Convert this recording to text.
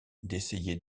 d’essayer